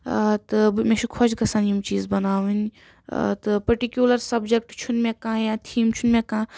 تہٕ مےٚ چھُ خۄش گژھان یِم چیٖز بَناوٕنۍ تہٕ پٔٹِکیٚولر سبجیٚکٹ چھُ نہٕ مےٚ کانٛہہ یا تھیم چھُ نہٕ مےٚ کانٛہہ